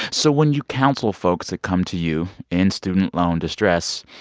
so when you counsel folks that come to you in student loan distress,